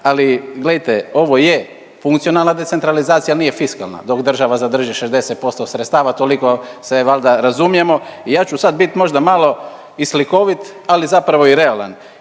ali gledajte ovo je funkcionalna decentralizacija, al nije fiskalna dok država zadrži 60% sredstava, toliko se valda razumijemo i ja ću sad bit možda malo i slikovit, ali zapravo i realan.